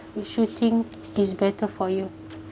if you think is better for you